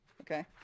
Okay